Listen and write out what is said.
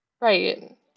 Right